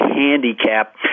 Handicap